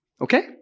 Okay